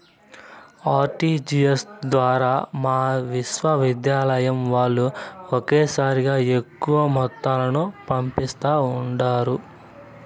RTGS ద్వారా మా విశ్వవిద్యాలయం వాల్లు ఒకేసారిగా ఎక్కువ మొత్తాలను పంపిస్తా ఉండారు